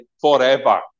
forever